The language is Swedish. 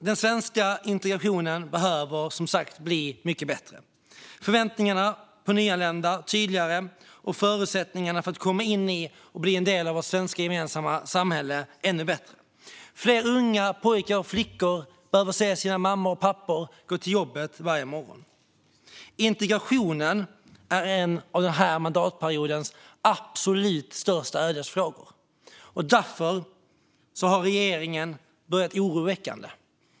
Den svenska integrationen behöver som sagt bli mycket bättre. Förväntningarna på nyanlända behöver bli tydligare, och förutsättningarna för att komma in i och bli en del av vårt gemensamma svenska samhälle behöver bli ännu bättre. Fler unga pojkar och flickor behöver se sina mammor och pappor gå till jobbet varje morgon. Integrationen är en av den här mandatperiodens absolut största ödesfrågor. Därför har regeringen börjat oroväckande.